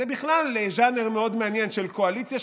וזה בכלל ז'אנר מאוד מעניין של קואליציה,